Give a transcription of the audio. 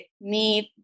need